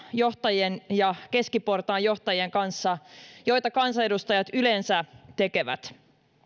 johtajien ja keskiportaan johtajien kanssa muutaman tunnin vierailuilla joita kansanedustajat yleensä tekevät